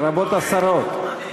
לרבות השרות.